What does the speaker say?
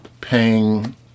paying